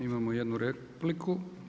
Imamo jednu repliku.